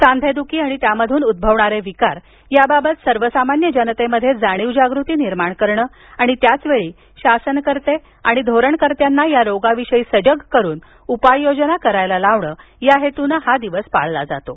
सांधेद्खी आणि त्यामधून उद्भवणारे विकार याबाबत सर्वसामान्य जनतेमध्ये जाणीव जागृती निर्माण करणं आणि त्याचवेळी शासनकर्ते आणि धोरणकर्त्यांना या रोगाविषयी सजग करून उपाययोजना करायला लावणं या हेतूनं हा दिवस पाळला जातो